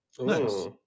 nice